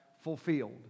Fulfilled